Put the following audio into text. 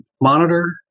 Monitor